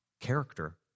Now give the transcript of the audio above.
character